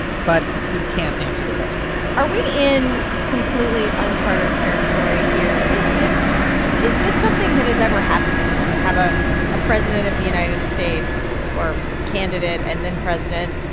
but he can't answer the question are we in completely unchartered territory here? is this is this something that has ever happened before to have a ah president of the united states or candidate and then president